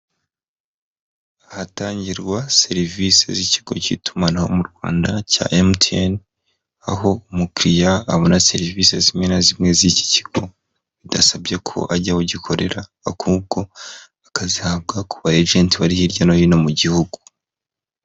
Ahatangirwa serivisi z'ikigo cy'itumanaho mu Rwanda cya MTN, aho umukiriya abona serivisi zimwe na zimwe z'iki kigo, bidasabye ko ajya aho gikorera ahubwo akazihabwa ku ba ejenti bari hirya no hino mu gihugu.